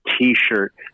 t-shirt